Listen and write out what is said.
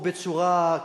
או בצורה,